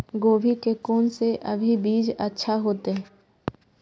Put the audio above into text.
गोभी के कोन से अभी बीज अच्छा होते?